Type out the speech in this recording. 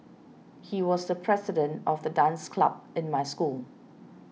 he was the president of the dance club in my school